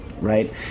right